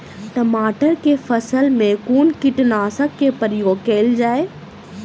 टमाटर केँ फसल मे कुन कीटनासक केँ प्रयोग कैल जाय?